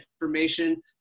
information